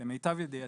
ולמיטב ידיעתי,